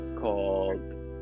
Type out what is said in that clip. called